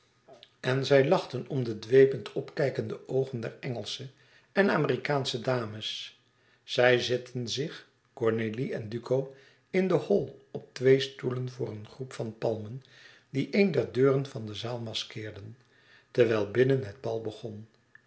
en zij lachten om de dwepend opkijkende oogen der engelsche en amerikaansche dames zij zetten zich cornélie en duco in den hall op twee stoelen voor een groep van palmen die een der deuren van de zaal maskeerden terwijl binnen het bal begon